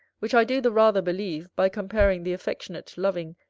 which i do the rather believe, by comparing the affectionate, loving,